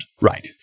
Right